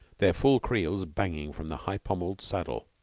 their full creels banging from the high-pommelled saddle.